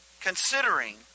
considering